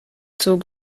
zog